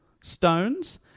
stones